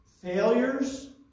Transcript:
failures